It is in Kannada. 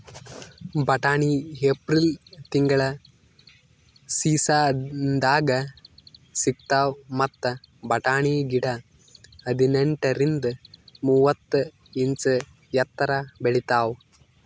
ಬಟಾಣಿ ಏಪ್ರಿಲ್ ತಿಂಗಳ್ ಸೀಸನ್ದಾಗ್ ಸಿಗ್ತಾವ್ ಮತ್ತ್ ಬಟಾಣಿ ಗಿಡ ಹದಿನೆಂಟರಿಂದ್ ಮೂವತ್ತ್ ಇಂಚ್ ಎತ್ತರ್ ಬೆಳಿತಾವ್